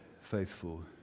faithful